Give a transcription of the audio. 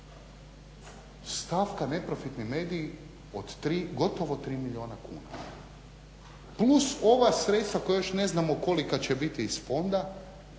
Stavka neprofitni mediji od gotovo tri milijuna kuna plus ova sredstva koja još ne znamo koliko će biti iz fonda